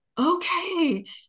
okay